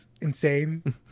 insane